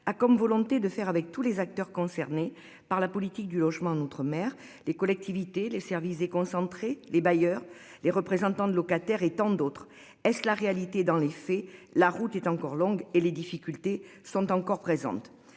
a comme volonté de faire avec tous les acteurs concernés par la politique du logement en outre-mer les collectivités, les services et déconcentrés les bailleurs, les représentants de locataires et tant d'autres. Est-ce la réalité dans les faits, la route est encore longue et les difficultés sont encore présentes,